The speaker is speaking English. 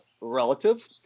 relative